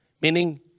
Meaning